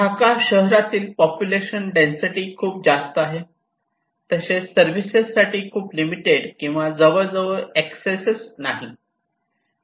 ढाका शहरात population density खूप जास्त आहे तसेच सर्विसेस साठी खूप लिमिटेड किंवा जवळ जवळ एक्सेस नाही